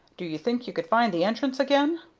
do you think you could find the entrance again?